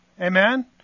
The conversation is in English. Amen